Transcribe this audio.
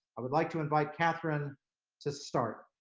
i would like to invite katharine to start.